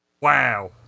Wow